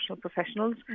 professionals